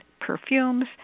perfumes